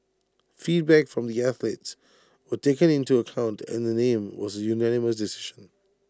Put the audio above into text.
feedback from the athletes were taken into account and the name was A unanimous decision